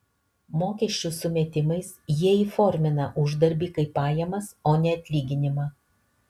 mokesčių sumetimais jie įformina uždarbį kaip pajamas o ne atlyginimą